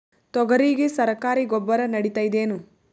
ತೊಗರಿಗ ಸರಕಾರಿ ಗೊಬ್ಬರ ನಡಿತೈದೇನು?